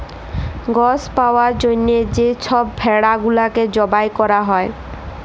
গস পাউয়ার জ্যনহে যে ছব ভেড়া গুলাকে জবাই ক্যরা হ্যয়